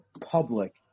public